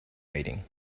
reading